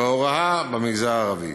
בהוראה במגזר הערבי.